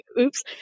oops